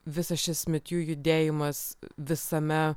visas šis me too judėjimas visame